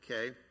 okay